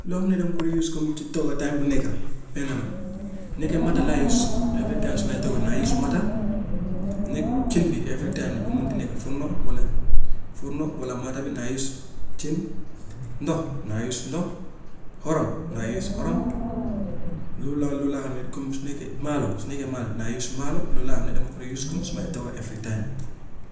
Loo xam ne dama koy use comme ci togga time bu nekka, benna la su nekkee matta laay use every time su may togga naa use matta, mu nekk cin bi every time nu mu mun ti nekk furnó walla furnó walla matta bi naa use cin, ndox naa use ndox, xorom naa use xorom, loolu laa loolu laa xam ne comme su nekkee maalo su nekkee maalo naa use maalo loolu laa xam ne dama ko dee use comme su may togga every time.